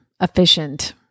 efficient